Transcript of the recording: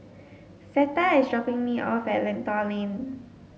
Zeta is dropping me off at Lentor Lane